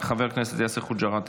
חבר הכנסת יאסר חוג'יראת,